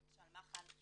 למשל מח"ל,